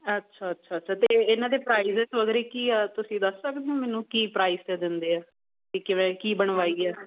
ਅੱਛਾ ਅੱਛਾ ਅਤੇ ਇਹਨਾਂ ਦੇ ਪ੍ਰਾਈਜ ਕੀ ਆ ਤੁਸੀਂ ਦੱਸ ਸਕਦੇ ਹੋ ਮੈਨੂੰ ਕੀ ਪ੍ਰਾਈਸ 'ਤੇ ਦਿੰਦੇ ਆ ਵੀ ਕਿਵੇਂ ਕੀ ਬਣਵਾਈ ਆ